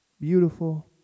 beautiful